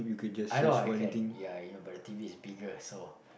I know I can ya you know but the t_v is bigger so